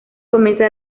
comienza